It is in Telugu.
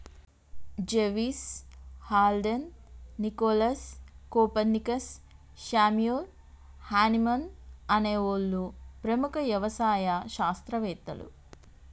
జెవిస్, Haldane, Nicolas, Copernicus, Samuel Hahnemann అనే ఓళ్ళు ప్రముఖ యవసాయ శాస్త్రవేతలు